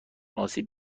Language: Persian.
آسیب